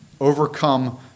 overcome